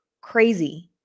crazy